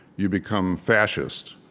you become fascist.